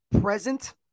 present